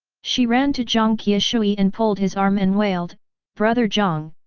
she ran to jiang qiushui and pulled his arm and wailed brother jiang,